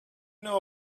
know